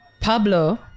Pablo